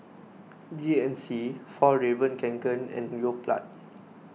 G N C Fjallraven Kanken and Yoplait